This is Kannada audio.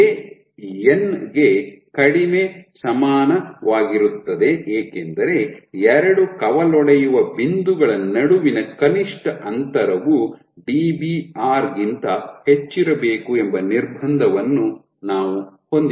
ಜೆ ಎನ್ ಗೆ ಕಡಿಮೆ ಸಮನವಾಗಿರುತ್ತದೆ ಏಕೆಂದರೆ ಎರಡು ಕವಲೊಡೆಯುವ ಬಿಂದುಗಳ ನಡುವಿನ ಕನಿಷ್ಠ ಅಂತರವು ಡಿಬಿಆರ್ ಗಿಂತ ಹೆಚ್ಚಿರಬೇಕು ಎಂಬ ನಿರ್ಬಂಧವನ್ನು ನಾವು ಹೊಂದಿದ್ದೇವೆ